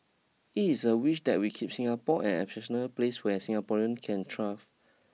it is a wish that we keep Singapore an exceptional place where Singaporean can thrive